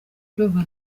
ndumva